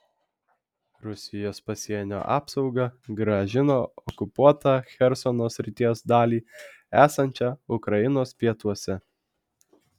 rusijos pasienio apsauga grąžino okupuotą chersono srities dalį esančią ukrainos pietuose